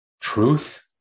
truth